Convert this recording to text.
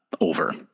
over